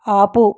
ఆపు